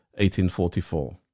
1844